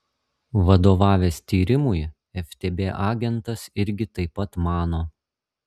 vadovavęs tyrimui ftb agentas irgi taip pat mano